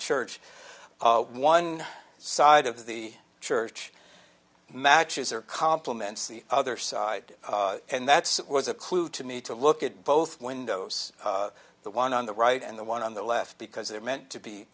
church one side of the church matches or compliments the other side and that's that was a clue to me to look at both windows the one on the right and the one on the left because they're meant to be